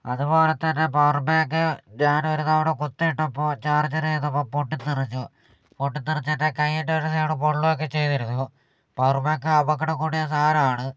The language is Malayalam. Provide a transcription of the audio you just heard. അതുപോലെത്തന്നെ പവർ ബാങ്ക് ഞാനൊരു തവണ കുത്തിയിട്ടപ്പോൾ ചാർജർ ചെയ്തപ്പോൾ പൊട്ടിത്തെറിച്ചു പൊട്ടിത്തെറിച്ച് എൻ്റെ കൈയിൻ്റെ ഒരു സൈഡ് പൊള്ളുക ഒക്കെ ചെയ്തിരുന്നു പവർ ബാങ്ക് അപകടം കൂടിയ സാധനം ആണ്